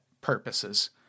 purposes